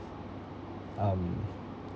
um